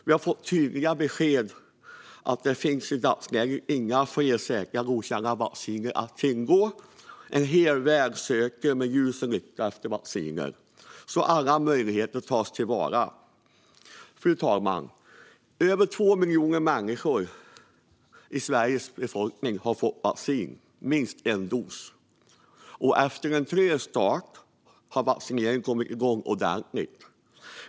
Vi har fått tydliga besked om att det i dagsläget inte finns några fler säkra och godkända vacciner att tillgå. En hel värld söker med ljus och lykta efter vacciner. Alla möjligheter tas till vara. Fru talman! Över 2 miljoner människor i Sveriges befolkning har fått vaccin, minst en dos. Efter en trög start har vaccineringen kommit igång ordentligt.